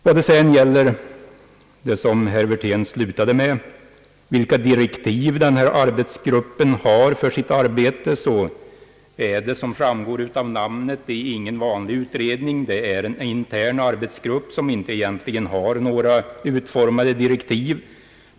Vidare undrade herr Wirtén vilka direktiv denna arbetsgrupp har för sitt arbete. Som framgår av namnet är detta inte någon vanlig utredning; det är en intern arbetsgrupp som inte har några utformade direktiv.